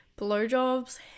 Blowjobs